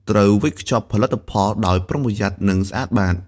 ត្រូវវេចខ្ចប់ផលិតផលដោយប្រុងប្រយ័ត្ន និងស្អាតបាត។